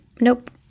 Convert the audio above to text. Nope